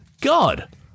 God